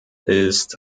ist